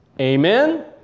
Amen